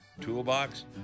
toolbox